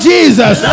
Jesus